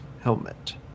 helmet